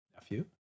nephew